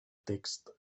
text